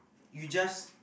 you just